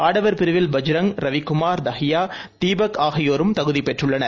ஆடவர் பிரிவில் பஜ்ரங் ரவிக்குமார் தஹியா தீபக் ஆகியோரும் தகுதிபெற்றுள்ளனர்